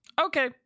okay